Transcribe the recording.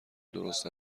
درست